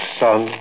son